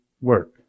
work